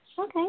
Okay